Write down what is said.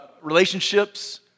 relationships